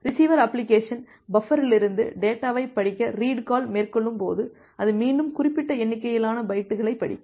receiver application பஃப்பரிலிருந்து டேட்டாவைப் படிக்க ரீடு கால் மேற்கொள்ளும்போது அது மீண்டும் குறிப்பிட்ட எண்ணிக்கையிலான பைட்டுகளைப் படிக்கும்